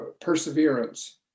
perseverance